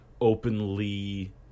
openly